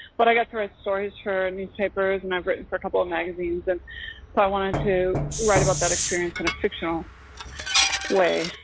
but i got to write stories for newspapers and i've written for couple magazines and so i wanted to write about that experience in a fictional way.